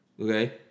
okay